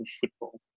football